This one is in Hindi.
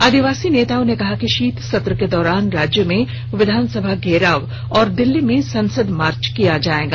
आदिवासी नेताओं ने कहा कि शीत सत्र के दौरान राज्य में विधानसभा घेराव और दिल्ली में संसद मार्च किया जाएगा